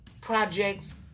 projects